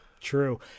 true